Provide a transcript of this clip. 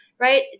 right